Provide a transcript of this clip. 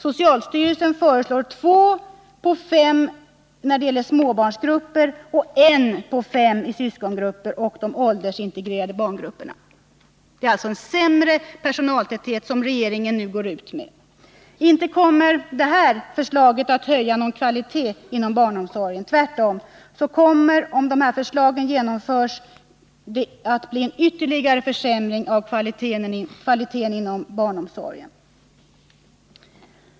Socialstyrelsen föreslår 2 på 5 för småbarn och 1 på 5 i syskongrupper och i åldersintegrerade barngrupper. Det är alltså ett förslag som medför en sämre personaltäthet som regeringen nu går ut med. Inte kommer dessa förslag att höja kvaliteten inom barnomsorgen; tvärtom kommer de, om de genomförs, att ytterligare försämra kvaliteten.